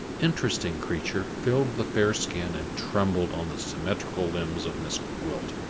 interesting creature filled the fair skin and trembled on the symmetrical limbs of miss gwilt.